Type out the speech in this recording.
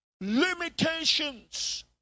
limitations